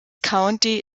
county